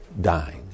dying